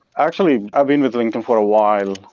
actually, i've been with linkedin for a while.